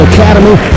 Academy